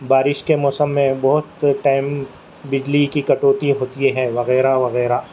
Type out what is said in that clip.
بارش کے موسم میں بہت ٹائم بجلی کی کٹوتی ہوتی ہے وغیرہ وغیرہ